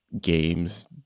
games